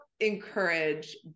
encourage